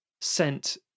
sent